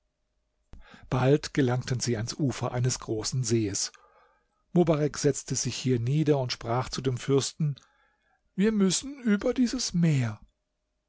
bald gelangten sie ans ufer eines großen sees mobarek setzte sich hier nieder und sprach zu dem fürsten wir müssen über dieses meer